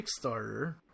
Kickstarter